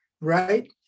right